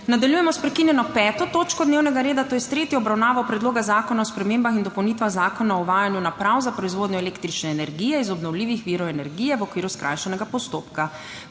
Nadaljujemo s prekinjeno 5. točko dnevnega reda, to je s tretjo obravnavo Predloga zakona o spremembah in dopolnitvah Zakona o uvajanju naprav za proizvodnjo električne energije iz obnovljivih virov energije v okviru skrajšanega postopka.